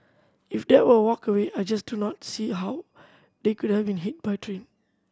if they were walkway I just do not see how they could have been hit by the train